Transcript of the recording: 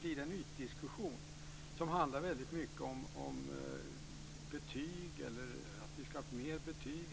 blir det en ytdiskussion som handlar väldigt mycket om betyg. Några hävdar att vi ska ha mer betyg.